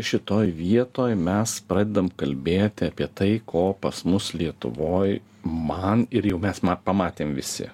šitoj vietoj mes pradedam kalbėti apie tai ko pas mus lietuvoj man ir jau mes ma pamatėm visi